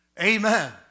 Amen